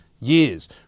years